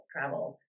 travel